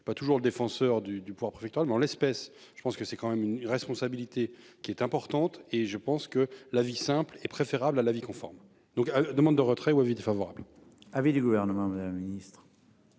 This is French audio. Pas toujours. Le défenseur du du pouvoir préfectoral mais en l'espèce, je pense que c'est quand même une responsabilité qui est importante et je pense que la vie simple est préférable à l'avis conforme donc demande de retrait ou avis défavorable. Avis du gouvernement, d'un ministre.